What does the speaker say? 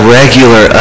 regular